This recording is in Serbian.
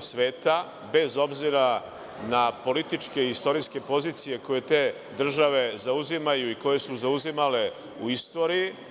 sveta bez obzira na političke i istorijske pozicije koje te države zauzimaju i koje su zauzimale u istoriji.